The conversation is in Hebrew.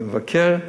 אני מבקר,